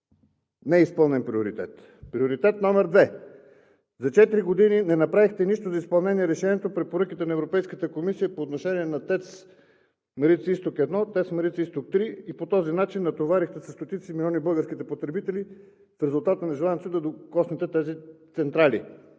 Неизпълнен приоритет. Приоритет номер две – за четири години не направихте нищо за изпълнение на решението и препоръките на Европейската комисия по отношение на „ТЕЦ Марица изток 1“, „ТЕЦ Марица изток 3“ и по този начин натоварихте със стотици милиони българските потребители в резултат на нежеланието си да докоснете тези централи.